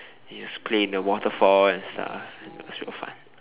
you just play in the waterfall and stuff and it was real fun